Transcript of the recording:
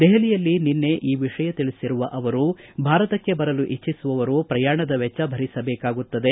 ದೆಹಲಿಯಲ್ಲಿ ನಿನ್ನೆ ಈ ವಿಷಯ ತಿಳಿಸಿರುವ ಅವರು ಭಾರತಕ್ಷೆ ಬರಲು ಇಜ್ಲಿಸುವವರು ಪ್ರಯಾಣದ ವೆಚ್ಚ ಭರಿಸಬೇಕಾಗುತ್ತದೆ